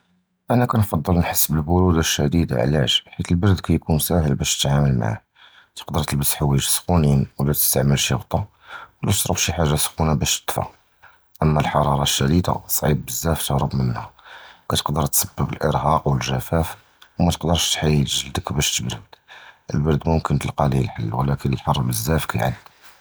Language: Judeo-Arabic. אִנַא קִנְפַדַּל נַחְס בְּל-בַּרְדוּד אִל-שָדִיד, עַלַאש? חִית אִל-בַּרְד קִיְקוּן סַהֵל בַּאש תִתְעַמַּל מְעָה, תִקְדַר תִלְבֵּס חֻוַאיִג סְחוּנִין, וְלָא תִסְתַעְמֵל שִי גֻ'טָא, וְלָא תִשְרַב שִי חֻ'וַאג סְחוּנָה בַּאש תִדַּפָּא. אַמַא אִל-חַרָארָה אִל-שָדִידָה צַעִיב בְּזַאפ תִהְרֵב מִנְהָא, וְקִתְקַדַּר תִסְבַּב אִל-אִרְהָاق וְאִל-גִ'פַاف, וְמַתִקְדַּרְש תִסְחִיר גְ'לְדְכּ בַּאש תִבַּרְד. אִל-בַּרְד יִמְקִן תִלְקָא לִיה אִל-חַל, וְאַמַּא אִל-חַר בְּזַאפ קִיְעַזֵב.